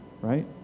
right